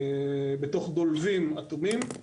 בתוך דולבים אטומים.